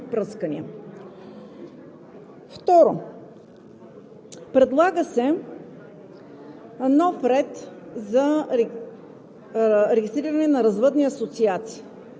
Второ, предлага се нов ред за регистриране на развъдни асоциации.